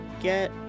get